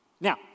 Now